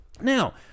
Now